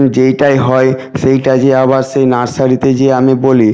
যেইটাই হয় সেইটা গিয়ে আবার সেই নার্সারিতে যেয়ে আমি বলি